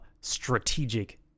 strategic